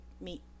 meet